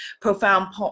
profound